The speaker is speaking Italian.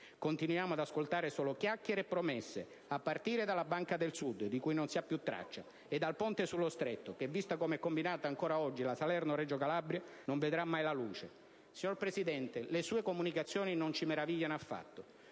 Continuiamo ad ascoltare solo chiacchiere e promesse, a partire dalla Banca del Sud, di cui non si ha più traccia, e dal Ponte sullo Stretto, che, visto come è combinata ancora oggi la Salerno-Reggio Calabria, non vedrà mai la luce. Signor Presidente, le sue comunicazioni non ci meravigliano affatto: